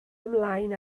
ymlaen